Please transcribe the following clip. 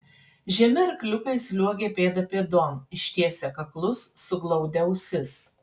žemi arkliukai sliuogė pėda pėdon ištiesę kaklus suglaudę ausis